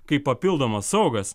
kaip papildomas saugas